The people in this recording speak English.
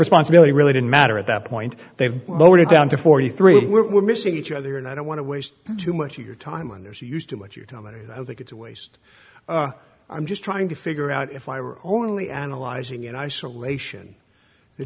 responsibility really didn't matter at that point they've lowered it down to forty three and we're missing each other and i don't want to waste too much of your time when they're so used to what you tell me and i think it's a waste i'm just trying to figure out if i were only analyzing in isolation the